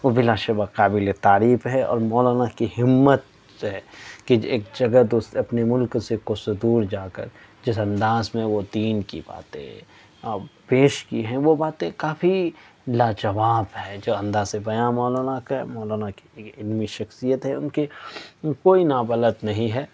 وہ بلا شبہ قابل تعریف ہے اور مولانا کی ہمت سے ہے کہ ایک جگہ اپنے ملک سے کوسوں دور جا کر جس انداز میں وہ دین کی باتیں پیش کی ہیں وہ باتیں کافی لا جواب ہیں جو انداز بیاں مولانا کا مولانا کی علمی شخصیت ہے ان کی کوئی نا بلد نہیں ہے